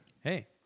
hey